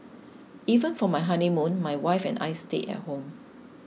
even for my honeymoon my wife and I stayed at home